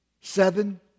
Seven